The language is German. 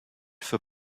für